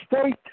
state